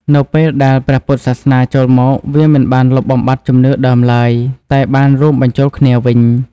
នៅពេលដែល ព្រះពុទ្ធសាសនា ចូលមក វាមិនបានលុបបំបាត់ជំនឿដើមឡើយ តែបានរួមបញ្ចូលគ្នាវិញ។